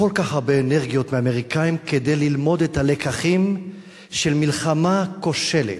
כל כך הרבה אנרגיות מהאמריקנים כדי ללמוד את הלקחים של מלחמה כושלת,